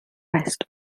northwest